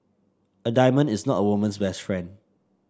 a diamond is not a woman's best friend